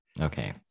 Okay